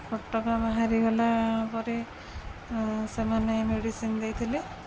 ଫୋଟକା ବାହାରିଗଲା ପରେ ସେମାନେ ମେଡ଼ିସିନ୍ ଦେଇଥିଲେ